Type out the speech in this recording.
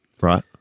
Right